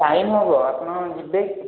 time ହେବ ଆପଣ ଯିବେ କି